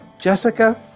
jessica,